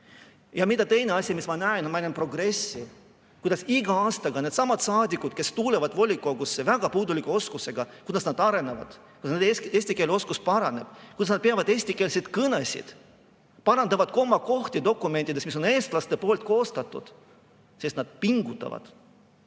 Ja teine asi, mis ma näen: ma näen progressi, kuidas iga aastaga saadikud, kes on tulnud volikogusse väga puuduliku keeleoskusega, arenevad, kuidas nende eesti keele oskus paraneb, kuidas nad peavad eestikeelseid kõnesid, parandavad komakohti dokumentides, mis on eestlaste koostatud. Sest nad pingutavad,